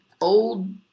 old